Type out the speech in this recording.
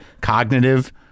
cognitive